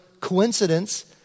coincidence